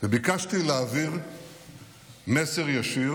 וביקשתי להעביר מסר ישיר